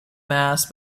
mass